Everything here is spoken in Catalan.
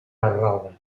errada